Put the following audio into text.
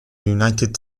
united